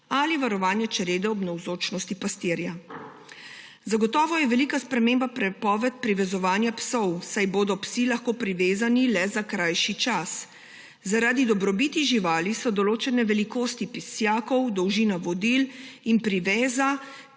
ali varovanja črede ob navzočnosti pastirja. Zagotovo je velika sprememba prepoved privezovanja psov, saj bodo psi lahko privezani le za krajši čas. Zaradi dobrobiti živali so določeni velikosti pesjakov, dolžina vodil in priveza